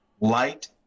light